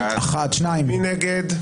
מי נגד?